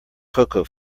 cocoa